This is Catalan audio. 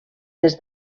des